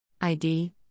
ID